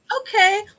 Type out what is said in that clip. Okay